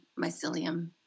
mycelium